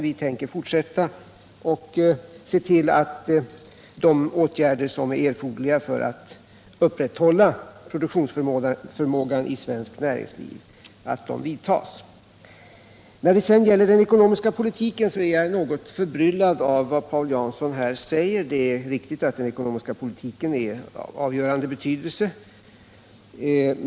Vi tänker fortsätta att se till att de åtgärder som är erforderliga för att upprätthålla produktionsförmågan i svenskt näringsliv också vidtas. När det sedan gäller den ekonomiska politiken är jag något förbryllad av vad Paul Jansson säger. Det är riktigt att den ekonomiska politiken är av avgörande betydelse.